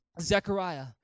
Zechariah